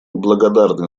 благодарны